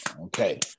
Okay